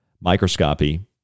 microscopy